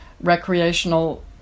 recreational